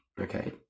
Okay